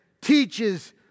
teaches